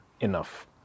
enough